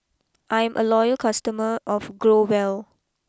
I'm a loyal customer of Growell